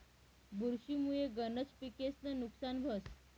बुरशी मुये गनज पिकेस्नं नुकसान व्हस